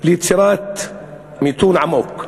וליצירת מיתון עמוק.